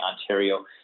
Ontario